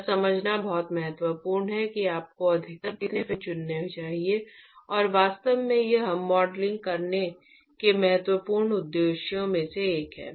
यह समझना बहुत महत्वपूर्ण है कि आपको अधिकतम कितने फिन चुनने चाहिए और वास्तव में यह मॉडलिंग करने के महत्वपूर्ण उद्देश्यों में से एक है